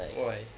why